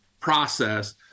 process